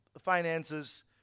finances